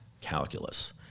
calculus